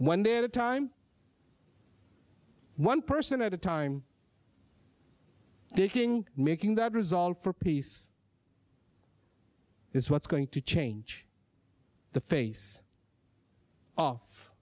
one day at a time one person at a time picking making that resolve for peace is what's going to change the face of